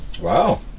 Wow